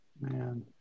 Man